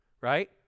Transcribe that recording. right